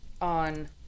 on